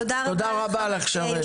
תודה רבה לך, שרן.